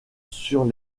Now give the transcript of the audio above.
sur